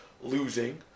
losing